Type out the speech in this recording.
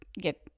get